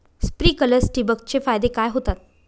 Sprinklers ठिबक चे फायदे काय होतात?